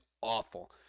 awful